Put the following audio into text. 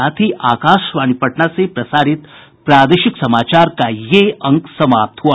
इसके साथ ही आकाशवाणी पटना से प्रसारित प्रादेशिक समाचार का ये अंक समाप्त हुआ